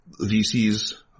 VCs